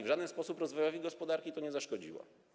W żaden sposób rozwojowi gospodarki to nie zaszkodziło.